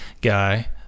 guy